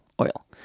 oil